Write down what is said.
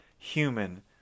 human